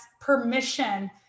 permission